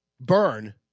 burn